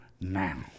now